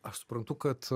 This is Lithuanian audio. aš suprantu kad